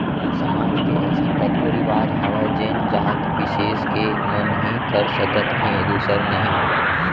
समाज के अइसन कतको रिवाज हावय जेन जात बिसेस के मन ही कर सकत हे दूसर नही